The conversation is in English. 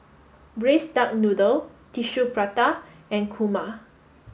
Braised Duck Noodle Tissue Prata and Kurma